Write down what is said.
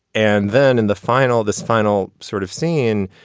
and then in the final this final sort of scene,